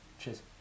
Cheers